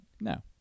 no